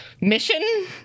mission